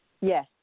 Yes